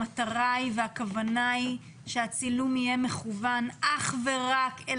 המטרה היא והכוונה היא שהצילום יהיה מכוון אך ורק אל